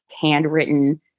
handwritten